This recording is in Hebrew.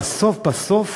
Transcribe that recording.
בסוף בסוף